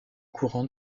courant